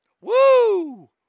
Woo